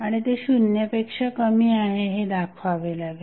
आणि ते शून्यापेक्षा कमी आहे हे दाखवावे लागेल